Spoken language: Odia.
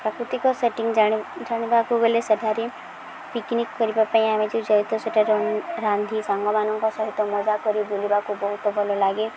ପ୍ରାକୃତିକ ସେଟିଂ ଜାଣି ଜାଣିବାକୁ ଗଲେ ସେଠାରେ ପିକ୍ନିକ୍ କରିବା ପାଇଁ ଆମେ ଯେଉଁ ଯାଇତେ ସେଠାରେ ରାନ୍ଧି ସାଙ୍ଗମାନଙ୍କ ସହିତ ମଜା କରି ବୁଲିବାକୁ ବହୁତ ଭଲଲାଗେ